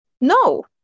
No